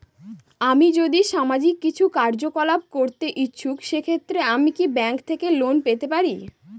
আমি যদি সামাজিক কিছু কার্যকলাপ করতে ইচ্ছুক সেক্ষেত্রে আমি কি ব্যাংক থেকে লোন পেতে পারি?